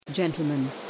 Gentlemen